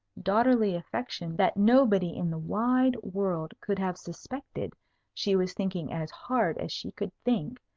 daughterly affection, that nobody in the wide world could have suspected she was thinking as hard as she could think,